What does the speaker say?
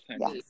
Yes